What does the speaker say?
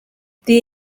the